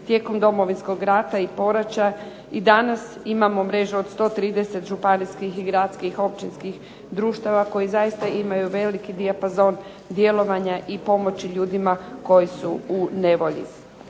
tijekom Domovinskog rata i poraća, i danas imamo mrežu od 130 županijskih i gradskih općinskih društava koji zaista imaju veliki dijapazon djelovanja i pomoći ljudima koji su u nevolji.